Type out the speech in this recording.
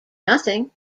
nothing